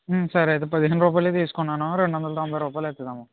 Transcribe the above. సరే అయితే పదిహేను రూపాయలియి తీసుకున్నాను రెండు వందల తొంభై రూపాయలు అవుతుందమ్మా